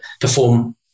perform